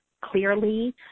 clearly